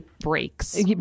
breaks